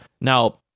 Now